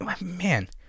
man